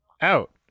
out